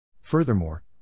Furthermore